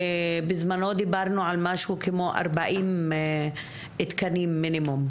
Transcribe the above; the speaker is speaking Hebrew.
בזמנו דיברנו על משהו כמו ארבעים תקנים מינימום,